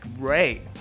great